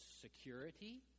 security